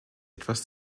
etwas